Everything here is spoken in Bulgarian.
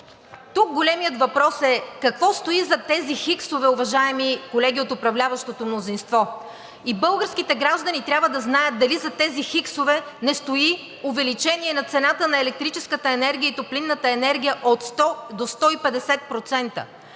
Тук големият въпрос е: какво стои зад тези хиксове, уважаеми колеги от управляващото мнозинство? И българските граждани трябва да знаят дали зад тези хиксове не стои увеличение на цената на електрическата енергия и топлинната енергия от 100 до 150%.